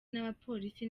n’abapolisi